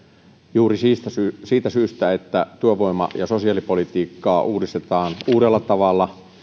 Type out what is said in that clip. juuri siitä syystä että työvoima ja sosiaalipolitiikkaa uudistetaan uudella tavalla